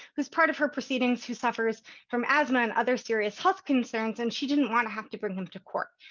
who's part of her proceedings, who suffers from asthma and other serious health concerns, and she didn't want to have to bring him to court.